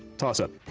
toss-up.